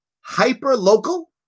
hyper-local